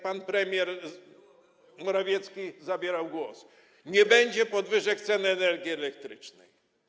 Pan premier Morawiecki zabierał głos: nie będzie podwyżek cen energii elektrycznej.